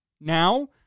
Now